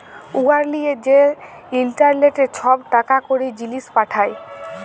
উয়ার লিয়ে যে ইলটারলেটে ছব টাকা কড়ি, জিলিস পাঠায়